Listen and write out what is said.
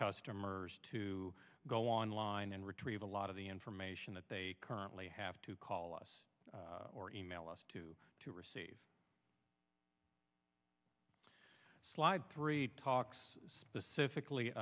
customers to go online and retrieve a lot of the information that they currently have to call us or e mail us to to receive slide three talks specifically